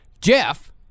Jeff